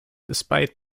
despite